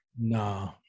No